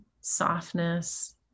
softness